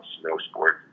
snow-sport